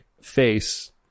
face